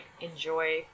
enjoy